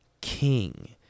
king